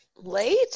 late